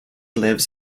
lives